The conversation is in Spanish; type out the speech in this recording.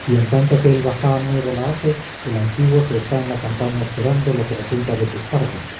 y en tanto que el bajá nuevo la hace el antiguo se está en la campaña esperando lo que resulta de sus cargos